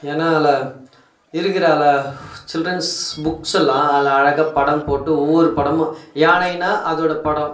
ஏன்னா அதில் இருக்கிற அதில் சில்ட்ரன்ஸ் புக்ஸெல்லாம் அதில் அழகாக படம் போட்டு ஒவ்வொரு படமும் யானைனா அதோடய படம்